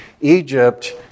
Egypt